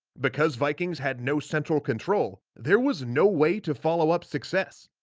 because vikings had no central control, there was no way to follow up success.